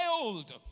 old